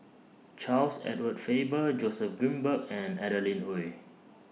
Charles Edward Faber Joseph Grimberg and Adeline Ooi